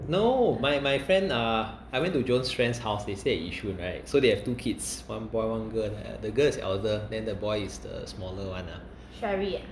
no my my friend uh I went to john's friend's house they stay at yishun right so they have two kids one boy one girl the girl is elder then the boy is the smaller one ah